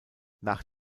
nach